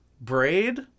Braid